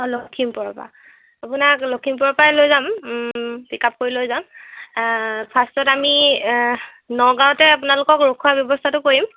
অঁ লক্ষীমপুৰৰ পৰা আপোনাক লক্ষীমপুৰৰ পৰাই লৈ যাম পিক আপ কৰি লৈ যাম ফাৰ্ষ্টত আমি নগাঁৱতে আপোনালোকক ৰখোৱাৰ ব্যৱস্থাটো কৰিম